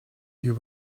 you